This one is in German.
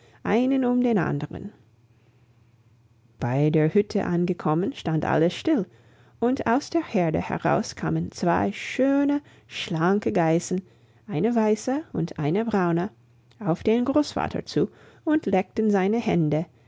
einen um den anderen bei der hütte angekommen stand alles still und aus der herde heraus kamen zwei schöne schlanke geißen eine weiße und eine braune auf den großvater zu und leckten seine hände